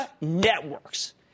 Networks